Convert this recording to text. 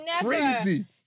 crazy